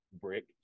brick